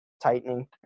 tightening